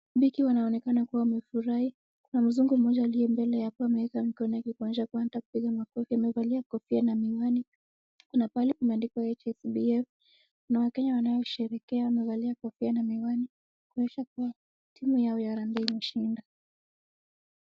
Mashabiki wanaonekana kuwa wamefurahia na mzungu mmoja aliye mbele yake ameweka mikono yake kuonyesha kuwa anataka kupiga makofi. Amevalia kofia na miwani, kuna pahali kumeandikwa HSBF. Kuna wakenya wanasherehekea wamevalia kofia na miwani kuonyesha kuwa timu yao ya Harambee imeshinda.